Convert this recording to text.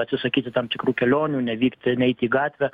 atsisakyti tam tikrų kelionių nevykti neiti į gatvę